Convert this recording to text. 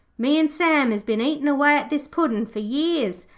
me an' sam has been eatin' away at this puddin' for years,